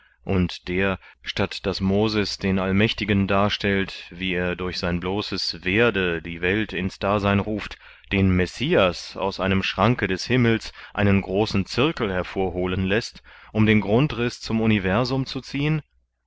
und der statt daß moses den allmächtigen darstellt wie er durch sein bloßes werde die welt ins dasein ruft den messias aus einem schranke des himmels einen großen zirkel hervorholen läßt um den grundriß zum universum zu ziehen